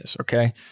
Okay